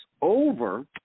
over